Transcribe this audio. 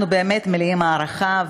אנחנו באמת מלאים הערכה.